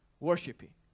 Worshiping